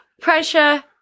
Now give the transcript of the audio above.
pressure